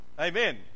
amen